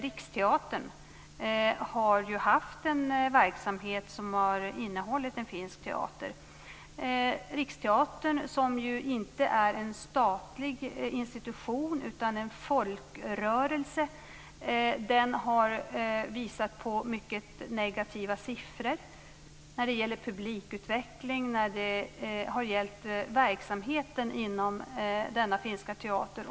Riksteatern har ju haft en verksamhet som har innehållit en finsk teater. Riksteatern, som ju inte är en statlig institution utan en folkrörelse, har visat på mycket negativa siffror när det gäller publikutvecklingen och verksamheten inom denna finska teater.